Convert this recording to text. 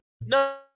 No